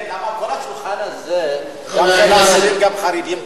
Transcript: למה כל השולחן הזה לא נמצא פה?